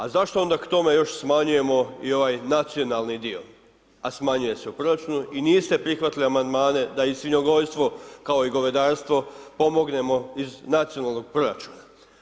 A zašto onda k tome još smanjujemo i ovaj nacionalni dio a smanjuje se u proračunu i niste prihvatili amandmane da i svinjogojstvo kao i govedarstvo pomognemo iz nacionalnog proračuna.